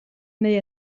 neu